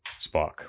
Spock